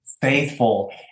faithful